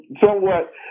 somewhat